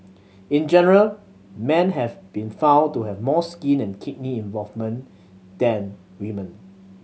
in general men have been found to have more skin and kidney involvement than women